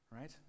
Right